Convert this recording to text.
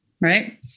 right